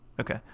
okay